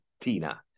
Tina